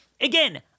again